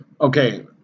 okay